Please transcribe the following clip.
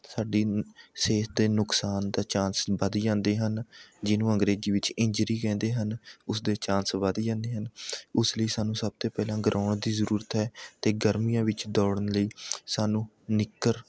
ਸਾਡੀ ਸਿਹਤ 'ਤੇ ਨੁਕਸਾਨ ਦੇ ਚਾਂਸ ਵੱਧ ਜਾਂਦੇ ਹਨ ਜਿਨੂੰ ਅੰਗਰੇਜ਼ੀ ਵਿੱਚ ਇੰਜਰੀ ਕਹਿੰਦੇ ਹਨ ਉਸ ਦੇ ਚਾਂਸ ਵੱਧ ਜਾਂਦੇ ਹਨ ਉਸ ਲਈ ਸਾਨੂੰ ਸਭ ਤੋਂ ਪਹਿਲਾਂ ਗਰਾਊਂਡ ਦੀ ਜ਼ਰੂਰਤ ਹੈ ਅਤੇ ਗਰਮੀਆਂ ਵਿੱਚ ਦੌੜਨ ਲਈ ਸਾਨੂੰ ਨਿੱਕਰ